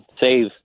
save